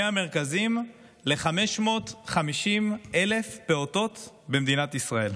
100 מרכזים ל-550,000 פעוטות במדינת ישראל.